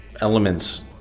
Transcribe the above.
elements